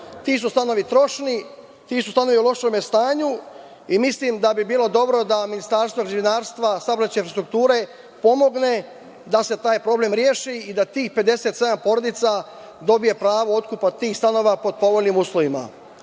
Ti su stanovi trošni, ti su stanovi u lošem stanju i mislim da bi bilo dobro da Ministarstvo građevinarstva, saobraćaja i infrastrukture pomogne da se taj problem reši i da tih 57 porodica dobije pravo otkupa tih stanova pod povoljnim uslovima. Ja